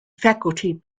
faculty